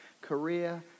career